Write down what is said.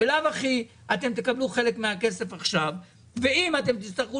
בלאו הכי תקבלו חלק מהכסף עכשיו ואם תצטרכו